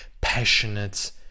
passionate